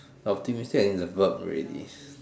optimistic is a verb already